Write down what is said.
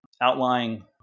outlying